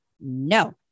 no